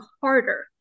harder